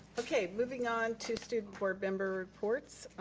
okay, moving on to student board member reports.